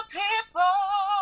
people